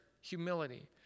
humility